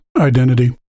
Identity